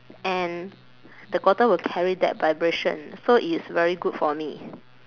and the water will carry that vibration so it's very good for me